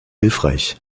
hilfreich